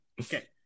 Okay